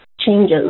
changes